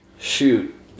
Shoot